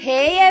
Hey